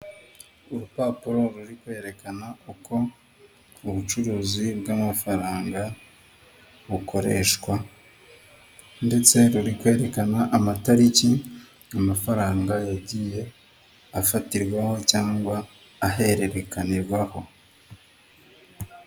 Urupapuro ruri kwerekana uko ubucuruzi bw'amafaranga bukoreshwa ndetse ruri kwerekana amatariki amafaranga yagiye afatirwaho cyangwa ahererekanirwaho .